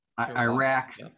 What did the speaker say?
Iraq